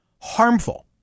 harmful